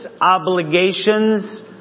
obligations